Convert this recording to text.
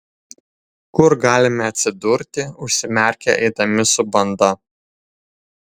kur galime atsidurti užsimerkę eidami su banda